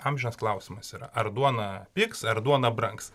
amžinas klausimas yra ar duona pigs ar duona brangs